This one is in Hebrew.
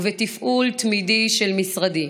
ובתפעול תמידי של משרדי.